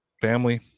family